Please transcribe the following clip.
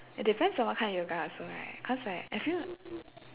it depends what kind of yoga also right cause like I feel